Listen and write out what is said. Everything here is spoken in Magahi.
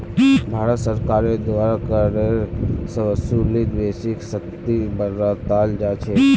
भारत सरकारेर द्वारा करेर वसूलीत बेसी सख्ती बरताल जा छेक